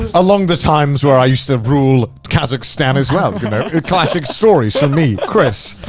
along the times when i used to rule kazakhstan as well, you know? classic stories from me, chris.